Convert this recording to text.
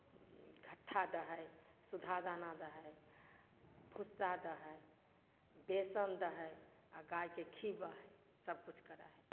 घट्ठा दे हइ सुधा दाना दे हइ भूस्सा दे हइ बेसन दे हइ आ गायके खीबऽ हइ सब किछु करऽ हइ